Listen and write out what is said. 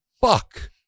fuck